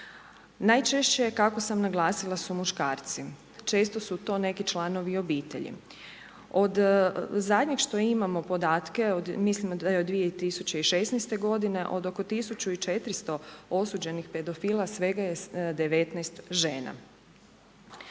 Najčešće, kako sam naglasila, su muškarci, često su to neki članovi obitelji. Od zadnjeg što imamo podatke, mislim da od 2016. godine, od oko 1400 osuđenih pedofila svega je 19 žena.